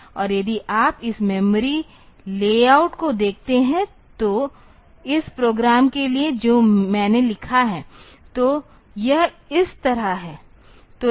और यदि आप इस मेमोरी लेआउट को देखते हैं इस प्रोग्राम के लिए जो मैंने लिखा है तो यह इस तरह है